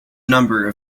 numbers